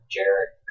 Jared